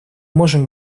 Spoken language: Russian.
можем